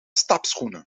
stapschoenen